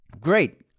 Great